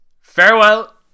farewell